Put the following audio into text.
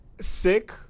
Sick